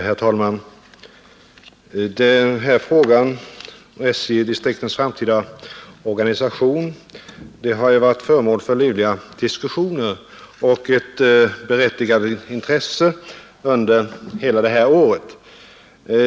Herr talman! Frågan om SJ-distriktens framtida organisation har varit föremål för livliga diskussioner och ett berättigat intresse under hela detta år.